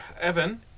Evan